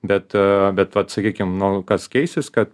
bet ee bet vat sakykim nu kas keisis kad